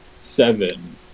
seven